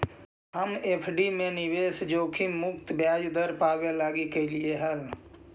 हम एफ.डी में निवेश जोखिम मुक्त ब्याज दर पाबे लागी कयलीअई हल